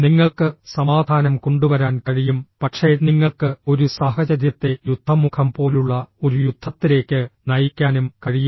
നിങ്ങൾക്ക് സമാധാനം കൊണ്ടുവരാൻ കഴിയും പക്ഷേ നിങ്ങൾക്ക് ഒരു സാഹചര്യത്തെ യുദ്ധമുഖം പോലുള്ള ഒരു യുദ്ധത്തിലേക്ക് നയിക്കാനും കഴിയും